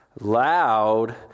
Loud